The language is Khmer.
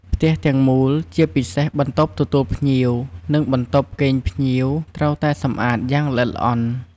ផ្ទះទាំងមូល ជាពិសេសបន្ទប់ទទួលភ្ញៀវ និងបន្ទប់គេងភ្ញៀវ ត្រូវតែសម្អាតយ៉ាងល្អិតល្អន់។